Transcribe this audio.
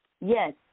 Yes